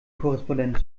korrespondent